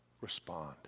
respond